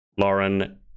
Lauren